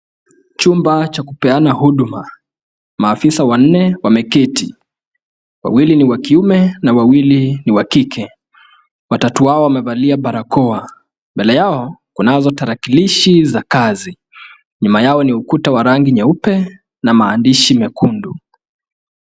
Chumba cha kupeana huduma. Maafisa wanne wameketi. Wawili ni wa kiume na wawili ni wa kike. Watatu hawa wamevalia barakoa. Mbele yao kunazo tarakilishi za kazi. Nyuma yao ni ukuta wa rangi nyeupe na maandishi mekundu.